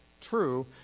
true